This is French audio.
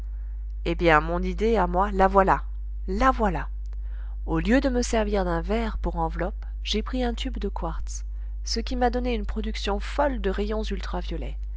eh bien mon idée à moi la voilà la voilà au lieu de me servir d'un verre pour enveloppe j'ai pris un tube de quartz ce qui m'a donné une production folle de rayons ultraviolets